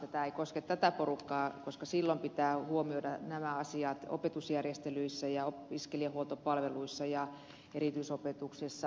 tämä ei koske tätä porukkaa koska silloin pitää huomioida nämä asiat opetusjärjestelyissä ja opiskelijahuoltopalveluissa ja erityisopetuksessa